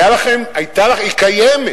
היתה לכם, היא קיימת